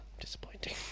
Disappointing